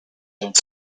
don’t